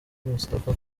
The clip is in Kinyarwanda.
moustapha